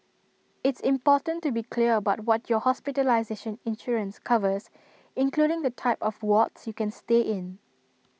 it's important to be clear about what your hospitalization insurance covers including the type of wards you can stay in